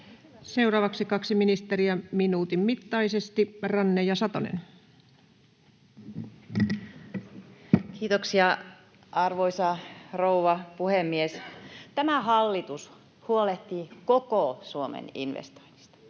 Seuraavaksi kaksi ministeriä minuutin mittaisesti, Ranne ja Satonen. Kiitoksia, arvoisa rouva puhemies! Tämä hallitus huolehtii koko Suomen investoinneista.